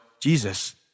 Jesus